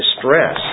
Distress